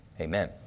Amen